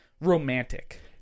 romantic